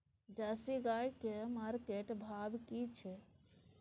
Jersey गाय की market भाव की छै?